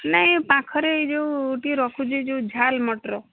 ନାହିଁ ପାଖରେ ଏଇ ଯେଉଁ ଟିକିଏ ରଖୁଛି ଯେଉଁ ଝାଲ୍ ମଟର